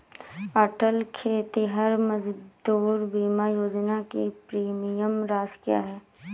अटल खेतिहर मजदूर बीमा योजना की प्रीमियम राशि क्या है?